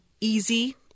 easy